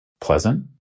pleasant